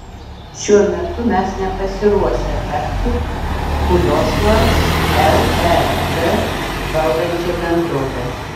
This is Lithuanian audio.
šiuo metu mes nepasiruošę tapti kurios nors lez valdančia bendrove